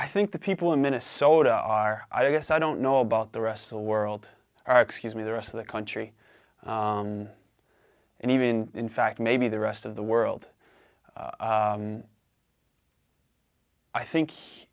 i think the people in minnesota are i guess i don't know about the rest of the world are excuse me the rest of the country and even in fact maybe the rest of the world i think